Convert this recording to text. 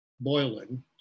boiling